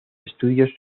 estudios